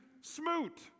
Smoot